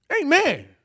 Amen